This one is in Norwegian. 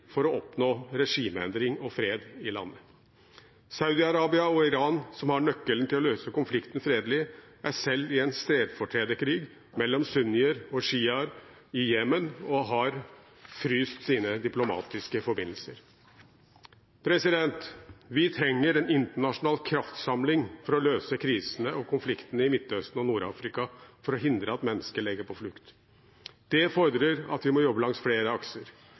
for å oppnå regimeendring og fred i landet. Saudi-Arabia og Iran, som har nøkkelen til å løse konflikten fredelig, er selv i en stedfortrederkrig mellom sunnier og sjiaer i Jemen og har fryst sine diplomatiske forbindelser. Vi trenger en internasjonal kraftsamling for å løse krisene og konfliktene i Midtøsten og Nord-Afrika for å hindre at mennesker legger på flukt. Det fordrer at vi jobber langs flere akser.